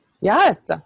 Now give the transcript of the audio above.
Yes